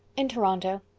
in toronto.